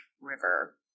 River